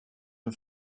and